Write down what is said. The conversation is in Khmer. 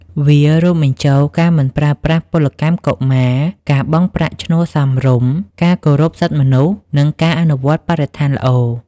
វារួមបញ្ចូលការមិនប្រើប្រាស់ពលកម្មកុមារ ការបង់ប្រាក់ឈ្នួលសមរម្យ ការគោរពសិទ្ធិមនុស្ស និងការអនុវត្តបរិស្ថានល្អ ។